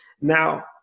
Now